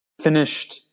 finished